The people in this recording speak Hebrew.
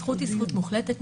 הזכות היא זכות מוחלטת.